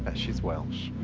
ah she's welsh.